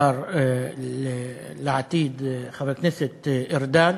השר לעתיד, חבר הכנסת ארדן,